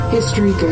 History